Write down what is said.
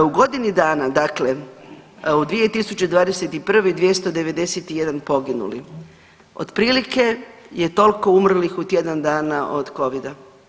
U godini dana, dakle u 2021. 291 poginuli, otprilike je toliko umrlih u tjedan dana o covida.